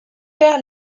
perd